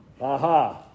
Aha